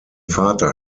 vater